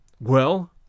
Well